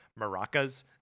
maracas